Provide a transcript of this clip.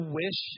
wish